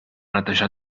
netejar